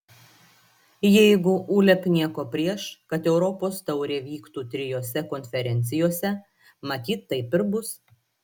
jeigu uleb nieko prieš kad europos taurė vyktų trijose konferencijose matyt taip ir bus